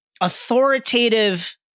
authoritative